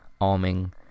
arming